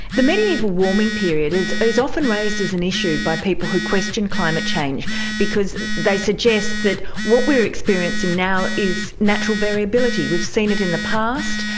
the mediaeval warming period is is often raised as an issue by people who question climate change because they suggest that what we are experiencing now is natural variability. we've seen it in the past,